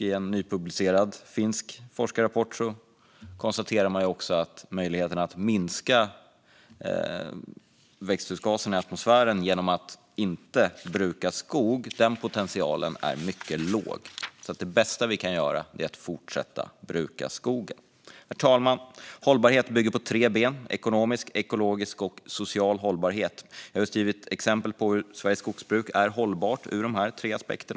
I en nypublicerad finsk forskarrapport konstaterar man också att potentialen att minska växthusgaserna i atmosfären genom att inte bruka skog är mycket låg. Det bästa vi kan göra är alltså att fortsätta bruka skogen. Herr talman! Hållbarhet bygger på tre ben: ekonomisk, ekologisk och social hållbarhet. Jag har just givit exempel på hur Sveriges skogsbruk är hållbart ur dessa tre aspekter.